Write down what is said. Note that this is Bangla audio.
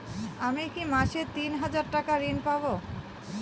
আমি কি মাসে তিন হাজার টাকার ঋণ পাবো?